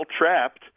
trapped